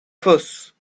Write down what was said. fausses